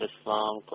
Islam